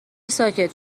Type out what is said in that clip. ساکت